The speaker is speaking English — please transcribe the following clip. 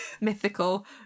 mythical